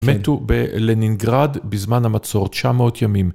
מתו ב-לנינגרד, בזמן המצור, 900 ימים.